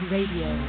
Radio